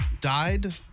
died